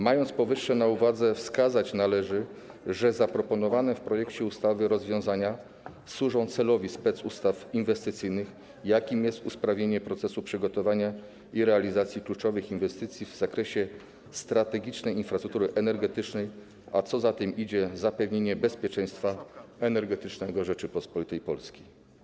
Mając powyższe na uwadze, wskazać należy, że zaproponowane w projekcie ustawy rozwiązania służą realizacji celu specustaw inwestycyjnych, jakim jest usprawnienie procesu przygotowania i realizacji kluczowych inwestycji w zakresie strategicznej infrastruktury energetycznej, a co za tym idzie - zapewnienie bezpieczeństwa energetycznego Rzeczypospolitej Polskiej.